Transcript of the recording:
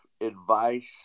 advice